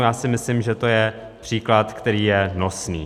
Já si myslím, že to je příklad, který je nosný.